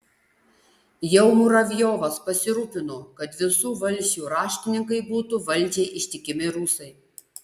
jau muravjovas pasirūpino kad visų valsčių raštininkai būtų valdžiai ištikimi rusai